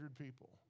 people